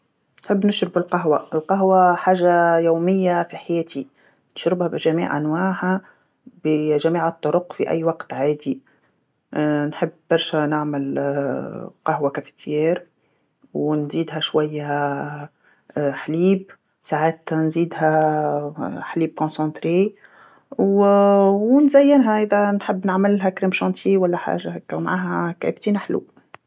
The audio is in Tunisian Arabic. نحب نشرب القهوه، القهوه حاجه يوميه في حياتي، نشربها بجميع أنواعها بجميع الطرق في أي وقت عادي، نحب برشا نعمل قهوة كافيتيار ونزيدها شويه حليب، ساعات نزيدها حليب مركز و- ونزينها هكذا نحب نعمللها كريمة الشونتيي ولا حاجه هكا معاها هكاك تينا حلوه.